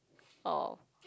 oh